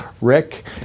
Rick